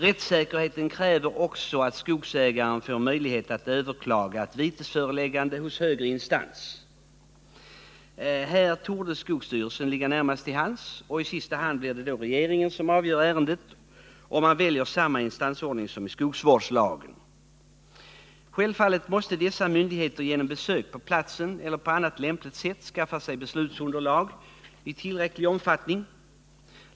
Rättssäkerheten kräver också att skogsägaren får möjlighet att överklaga ett vitesföreläggande hos högre instans. Här torde skogsstyrelsen ligga närmast till hands. I sista hand blir det regeringen som avgör ärendet, om man väljer samma instansordning som i skogsvårdslagen. Självfallet måste dessa myndigheter genom besök på platsen eller på annat lämpligt sätt skaffa sig beslutsunderlag i tillräcklig omfattning.